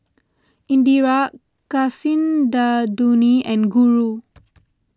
Indira Kasinadhuni and Guru